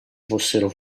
fossero